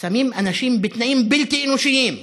שמים אנשים בתנאים בלתי אנושיים.